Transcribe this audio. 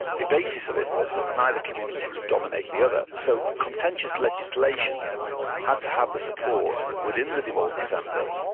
the basis of it was that neither community could dominate the other, so contentious legislation had to have the support, within the devolved assembly,